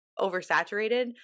oversaturated